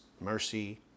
mercy